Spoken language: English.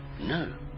No